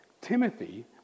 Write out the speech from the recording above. Timothy